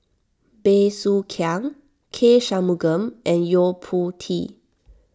Bey Soo Khiang K Shanmugam and Yo Po Tee